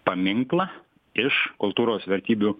paminklą iš kultūros vertybių